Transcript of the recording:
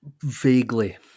Vaguely